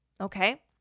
Okay